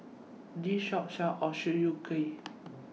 This Shop sells Ochazuke